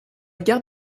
gare